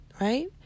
Right